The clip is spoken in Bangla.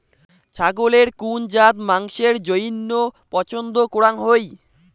ছাগলের কুন জাত মাংসের জইন্য পছন্দ করাং হই?